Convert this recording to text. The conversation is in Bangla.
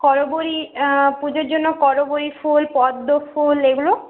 করবী পুজোর জন্য করবী ফুল পদ্ম ফুল এগুলো